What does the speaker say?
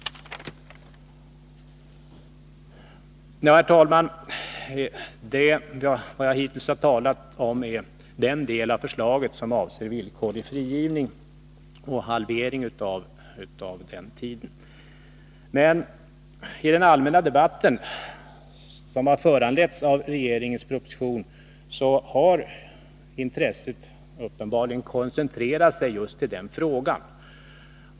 Herr talman! Jag har hittills talat om den del av förslaget som avser villkorlig frigivning och halvering av strafftiden. I den allmänna debatt som har föranletts av regeringens proposition har intresset uppenbarligen koncentrerat sig till just till den frågan.